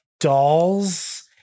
dolls